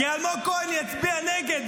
כי אלמוג כהן יצביע נגד.